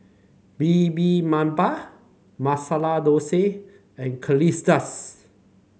Bibimbap Masala Dosa and Quesadillas